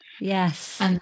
Yes